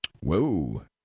Whoa